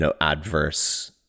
adverse